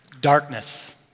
darkness